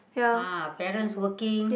ah parents working